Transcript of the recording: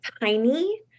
tiny